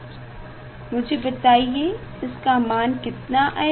हाँ मुझे बताइए इसका मान कितना आयेगा